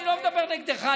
אני לא מדבר נגדך,